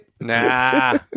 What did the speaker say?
Nah